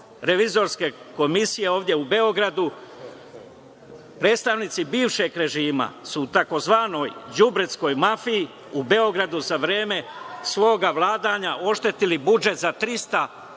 Revizorske komisije ovde u Beogradu. Predstavnici bivšeg režima su tzv. đubretskoj mafiji u Beogradu za vreme svog vladanja oštetili budžet za 319.000 dinara